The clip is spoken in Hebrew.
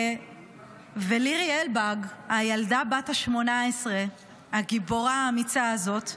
לירי אלבג, הילדה בת ה-18, הגיבורה האמיצה הזאת,